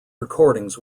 recordings